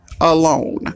alone